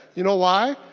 you know why?